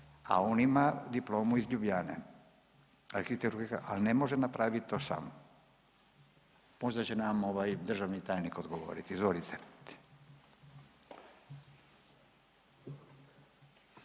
se ne razumije/…al ne može napravit to sam, možda će nam ovaj državni tajnik odgovoriti, izvolite.